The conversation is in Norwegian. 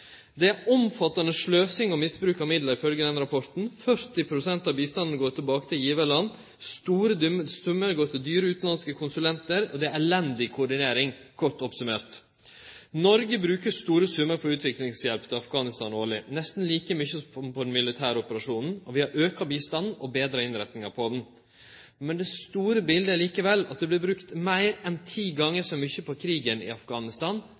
Det er omfattande sløsing og misbruk av midlar, ifølgje denne rapporten. 40 pst. av bistanden går tilbake til givarland. Store summar går til dyre utanlandske konsulentar, og det er elendig koordinering – kort oppsummert. Noreg bruker store summar på utviklingshjelp til Afghanistan årleg, nesten like mykje som på den militære operasjonen. Vi har auka bistanden og betra innretninga på han. Det store biletet er likevel at det vert brukt meir enn ti gonger så mykje på krigen i Afghanistan